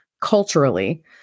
culturally